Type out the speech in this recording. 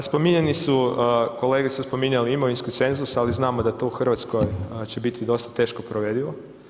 Pa spominjani su, kolege su spominjali imovinski cenzus, ali znamo da to u Hrvatskoj će biti dosta teško provedivo.